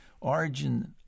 origin